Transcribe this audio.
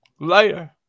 Later